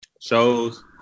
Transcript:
shows